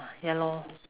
ya lor